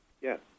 yes